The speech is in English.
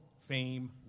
Fame